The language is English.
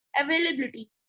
Availability